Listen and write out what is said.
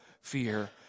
fear